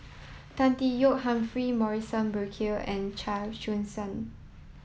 Tan Tee Yoke Humphrey Morrison Burkill and Chia Choo Suan